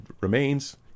remains